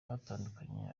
batandukanye